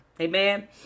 Amen